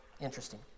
Interesting